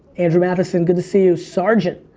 andrew mathison good to see you. sergeant,